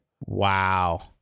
Wow